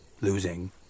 Losing